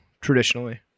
traditionally